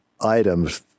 items